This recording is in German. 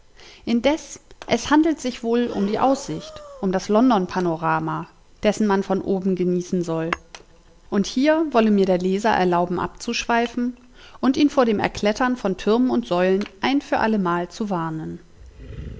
indes es handelt sich wohl um die aussicht um das london panorama dessen man von oben genießen soll und hier wolle mir der leser erlauben abzuschweifen und ihn vor dem erklettern von türmen und säulen ein für allemal zu warnen